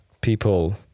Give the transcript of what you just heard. people